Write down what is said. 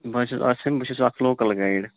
بہٕ حظ چھَس عاصم بہٕ حظ چھُس اَکھ لوکَل گایِڈ